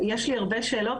יש לי הרבה שאלות,